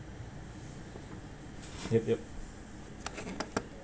yup yup